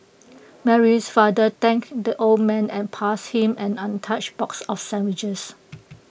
Mary's father thank the old man and passed him an untouched box of sandwiches